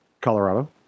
Colorado